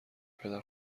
پدر